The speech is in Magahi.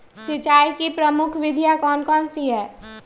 सिंचाई की प्रमुख विधियां कौन कौन सी है?